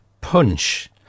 punch